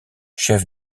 chef